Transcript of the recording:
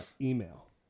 email